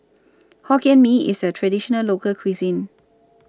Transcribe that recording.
Hokkien Mee IS A Traditional Local Cuisine